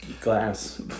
glass